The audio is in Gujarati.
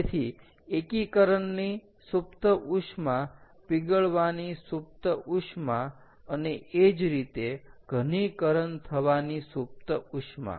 તેથી એકીકરણની સૂપ્ત ઉષ્મા પીગળવાની સૂપ્ત ઉષ્મા અને એ જ રીતે ઘનીકરણ થવાની સૂપ્ત ઉષ્મા